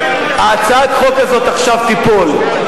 הצעת החוק הזאת עכשיו תיפול,